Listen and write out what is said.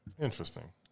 Interesting